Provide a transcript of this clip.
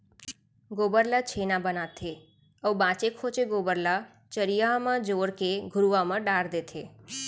गोबर ल छेना बनाथे अउ बांचे खोंचे गोबर ल चरिहा म जोर के घुरूवा म डार देथे